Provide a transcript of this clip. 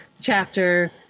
chapter